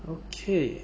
okay